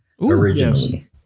originally